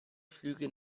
flüge